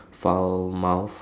foul mouth